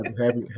happy